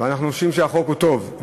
אנחנו חושבים שהחוק הוא טוב,